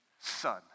son